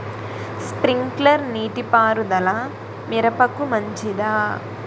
Sprinkler నీటిపారుదల మిరపకు మంచిదా?